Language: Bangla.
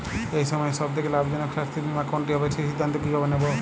এই সময়ের সব থেকে লাভজনক স্বাস্থ্য বীমা কোনটি হবে সেই সিদ্ধান্ত কীভাবে নেব?